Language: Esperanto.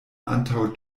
antaŭ